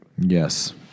Yes